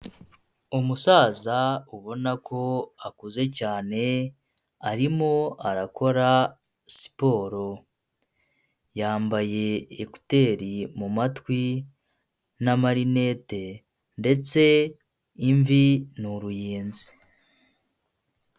Umusaza ubona ko akuze cyane, arimo arakora siporo. Yambaye ekuteri mu matwi n'amarinete ndetse imvi ni uruyenzi.